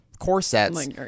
corsets